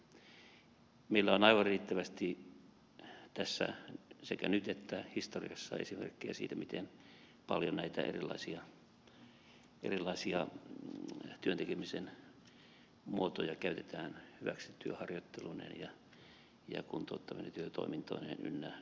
meillä on aivan riittävästi tässä sekä nyt että historiassa esimerkkejä siitä miten paljon näitä erilaisia työn tekemisen muotoja käytetään hyväksi työharjoitteluineen ja kuntouttavine työtoimintoineen ynnä muineen